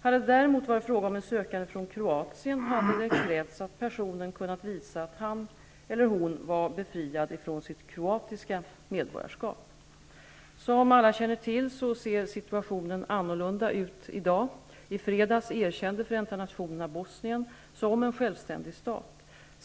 Hade det däremot varit fråga om en sökande från Kroatien hade det krävts att personen kunnat visa att han/hon var befriad från sitt kroatiska medborgarskap. Som alla känner till ser situationen annorlunda ut i dag. I fredags erkände Förenta nationerna Bosnien som en självständig stat.